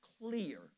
clear